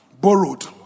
borrowed